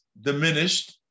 diminished